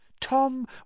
Tom